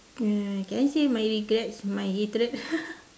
uh can you see my regrets my hatred